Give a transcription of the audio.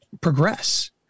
progress